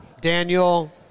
Daniel